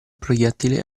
proiettile